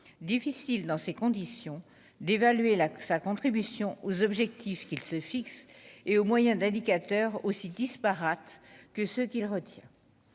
difficile dans ces conditions d'évaluer la sa contribution aux objectifs qu'il se fixe et au moyen d'indicateurs aussi disparates que ce qu'il retient